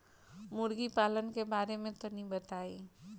मुर्गी पालन के बारे में तनी बताई?